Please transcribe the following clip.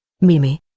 Mimi